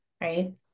right